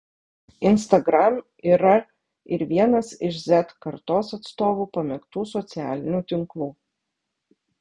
instagram yra ir vienas iš z kartos atstovų pamėgtų socialinių tinklų